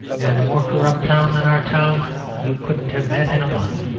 and a more corrupt town than our town you couldn't have met in a month.